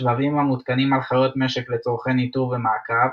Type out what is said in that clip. שבבים המותקנים על חיות משק לצורכי ניטור ומעקב,